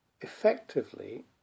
effectively